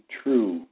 true